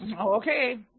Okay